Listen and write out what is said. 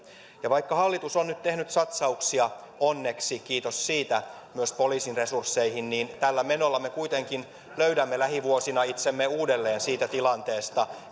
vaikka hallitus on nyt tehnyt satsauksia onneksi kiitos siitä myös poliisin resursseihin niin tällä menolla me kuitenkin löydämme lähivuosina itsemme uudelleen siitä tilanteesta